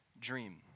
dream